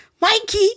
Mikey